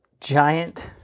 Giant